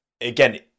again